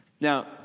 Now